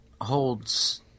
holds